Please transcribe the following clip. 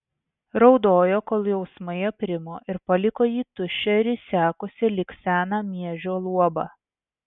raudojo kol jausmai aprimo ir paliko jį tuščią ir išsekusį lyg seną miežio luobą